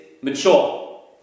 mature